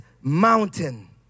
mountain